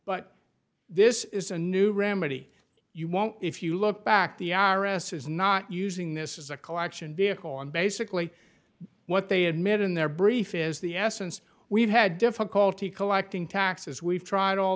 but this is a new remedy you won't if you look back the i r s is not using this is a collection vehicle and basically what they admit in their brief is the essence we've had difficulty collecting taxes we've tried all